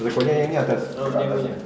recording ni atas ah ni aku punya